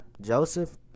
Joseph